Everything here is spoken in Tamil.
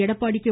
எடப்பாடி கே